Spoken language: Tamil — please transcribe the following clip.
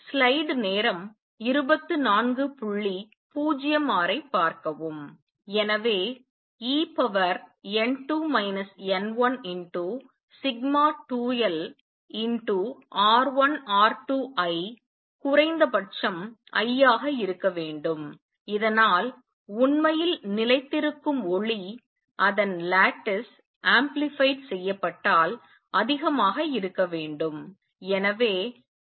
எனவே en2 n1σ2lR1R2Iகுறைந்தபட்சம் I ஆக இருக்க வேண்டும் இதனால் உண்மையில் நிலைத்திருக்கும் ஒளி அதன் lattice amplified செய்யப்பட்டால் அதிகமாக இருக்க வேண்டும்